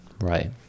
Right